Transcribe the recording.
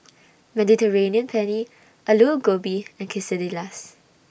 Mediterranean Penne Alu Gobi and Quesadillas